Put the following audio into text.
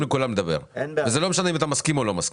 לכולם לדבר וזה לא משנה אם אתה מסכים או לא מסכים.